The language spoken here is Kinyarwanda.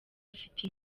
afite